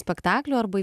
spektaklių arba į